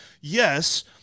yes